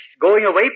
going-away